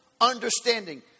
understanding